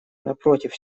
напротив